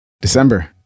December